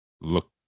look